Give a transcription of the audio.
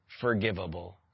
forgivable